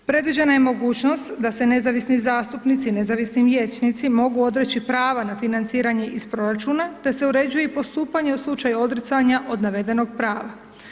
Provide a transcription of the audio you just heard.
Predviđena je mogućnost da se nezavisni zastupnici i nezavisni vijećnici mogu odreći prava na financiranje iz proračuna, da se uređuje i postupanje u slučaju odricanja od navedenog prava.